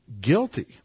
guilty